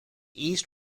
east